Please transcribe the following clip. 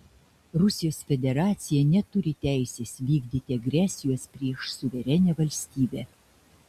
rusijos federacija neturi teisės vykdyti agresijos prieš suverenią valstybę